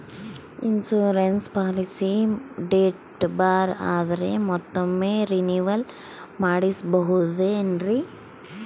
Insurance policy date ಬಾರ್ ಆದರೆ ಮತ್ತೊಮ್ಮೆ ರಿನಿವಲ್ ಮಾಡಿಸಬಹುದೇ ಏನ್ರಿ?